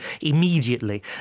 immediately